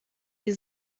die